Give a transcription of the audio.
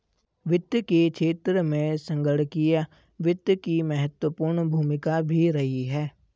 वित्त के क्षेत्र में संगणकीय वित्त की महत्वपूर्ण भूमिका भी रही है